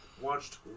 watched